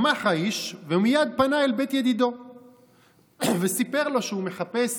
שמח האיש ומייד פנה אל בית ידידו וסיפר לו שהוא מחפש